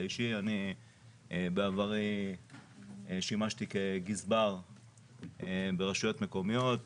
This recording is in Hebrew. בעברי שימשתי כגזבר ברשויות מקומיות,